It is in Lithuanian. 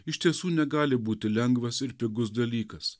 iš tiesų negali būti lengvas ir pigus dalykas